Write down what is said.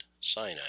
Sinai